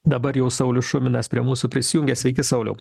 dabar jau saulius šuminas prie mūsų prisijungia sveiki sauliau